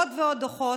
עוד ועוד דוחות.